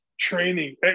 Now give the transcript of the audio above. training